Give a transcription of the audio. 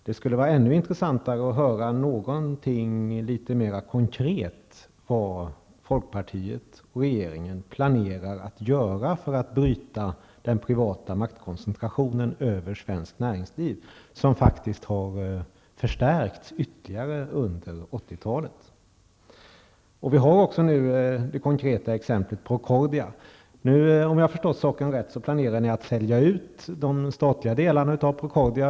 Och ännu intressantare skulle det vara att få litet mer konkreta besked om vad folkpartiet och regeringen planerar att göra för att bryta den privata maktkoncentration beträffande svenskt näringsliv som faktiskt har förstärkts ytterligare under 80-talet. Det finns en del konkreta exempel att nämna. Jag tänker då på bl.a. Procordia. Om jag förstår saken rätt planerar ni att sälja ut den statliga andelen i Procordia.